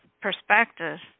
perspectives